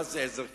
מה זה עזר כנגדו?